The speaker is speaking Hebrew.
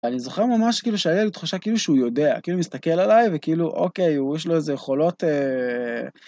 אני זוכר ממש כאילו שהילד חושב כאילו שהוא יודע כאילו מסתכל עליי וכאילו אוקיי הוא יש לו איזה יכולות